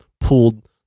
pulled